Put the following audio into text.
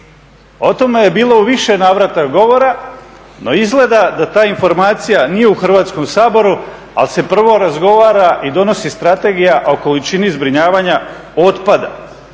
O tome je bilo u više navrata govora, no izgleda da ta informacija nije u Hrvatskom saboru ali se prvo razgovara i donosi strategija o količini zbrinjavanja otpada.